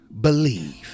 believe